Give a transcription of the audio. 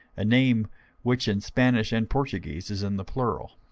a name which in spanish and portuguese is in the plural.